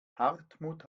hartmut